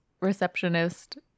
receptionist